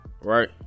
Right